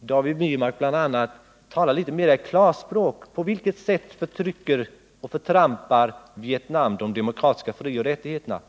David Wirmark kunde tala litet mera i klartext om på vilket sätt Vietnam trampat på de demokratiska frioch rättigheterna.